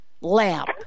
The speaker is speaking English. lamp